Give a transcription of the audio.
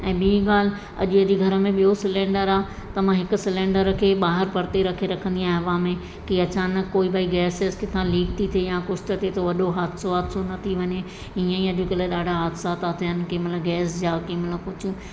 ऐं ॿी ॻाल्हि अॼु एॾे घर में ॿियो सिलैंडर आहे त मां हिकु सिलैंडर खे ॿाहिरि परिते रखे रखंदी आहियां हवा में की अचानक कोई भई गैस वैस किथा लीक थी थिए या कुझु थो थिए त वॾो हास्तो वास्तो न थी वञे ईअं ई अॼुकल्ह ॾाढा हास्ता था थियनि केमहिल गैस जा केमहिल कुझु